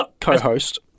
co-host